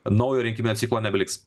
naujo rinkiminio ciklo nebeliks